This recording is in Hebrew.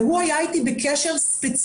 והוא היה איתי בקשר ספציפי.